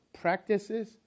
practices